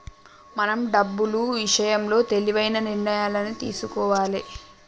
మనం డబ్బులు ఇషయంలో తెలివైన నిర్ణయాలను తీసుకోవాలే